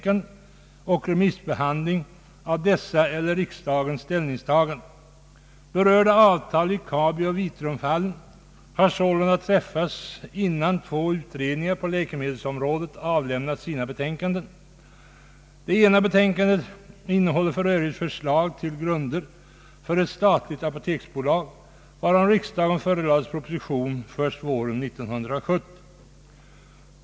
granskning av statsrådsprotokoll kanden och remissbehandling av dessa eller riksdagens ställningtagande. Berörda avtal i Kabioch Vitrumfallen har sålunda träffats innan två utredningar på läkemedelsområdet avlämnat sina betänkanden. Det ena betänkandet innehåller f.ö. förslag till grunder för ett statligt apoteksbolag, varom riksdagen förelades proposition först våren 1970.